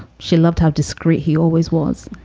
she loved how discreet he always was.